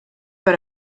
per